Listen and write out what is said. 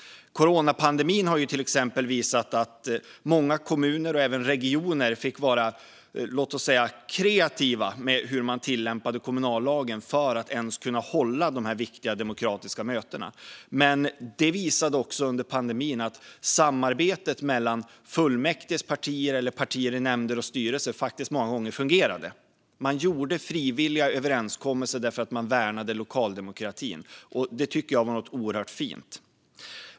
Till exempel har coronapandemin visat att många kommuner och även regioner fick vara låt oss säga kreativa med hur man tillämpade kommunallagen för att ens kunna hålla de här viktiga demokratiska mötena. Men det visade sig också under pandemin att samarbetet mellan fullmäktiges partier och partier i nämnder och styrelser många gånger faktiskt fungerade. Man gjorde frivilliga överenskommelser därför att man värnade lokaldemokratin, och det tycker jag var oerhört fint.